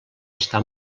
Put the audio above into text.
està